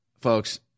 folks